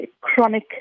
chronic